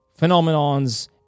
phenomenons